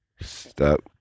stop